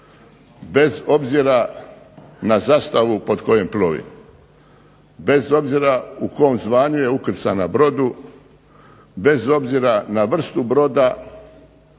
bez obzira na zastavu pod kojom plovi, bez obzira u kom zvanju je ukrcan na brodu, bez obzira na vrstu broda,